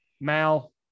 mal